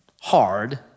Hard